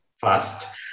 fast